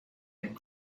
and